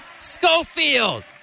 Schofield